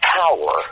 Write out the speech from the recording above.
power